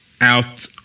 out